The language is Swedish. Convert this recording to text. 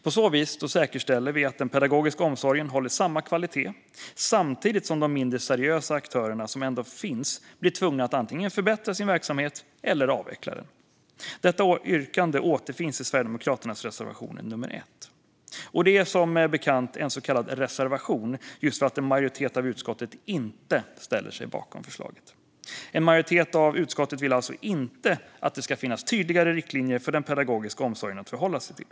På så vis säkerställer vi att den pedagogiska omsorgen håller samma kvalitet samtidigt som de mindre seriösa aktörerna, som ändå finns, blir tvungna att antingen förbättra sin verksamhet eller avveckla den. Detta yrkande återfinns i Sverigedemokraternas reservation nummer 1. Och det är som bekant en så kallad reservation just för att en majoritet av utskottet inte ställer sig bakom förslaget. En majoritet av utskottet vill alltså inte att det ska finnas tydligare riktlinjer för den pedagogiska omsorgen att förhålla sig till.